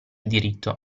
diritto